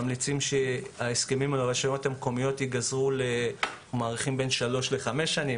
ממליצים שההסכמים עם הרשויות המקומיות יהיו בין שלוש לחמש שנים.